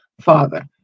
father